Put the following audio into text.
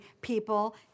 people